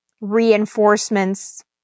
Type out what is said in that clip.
reinforcements